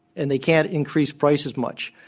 and they can't increase prices much,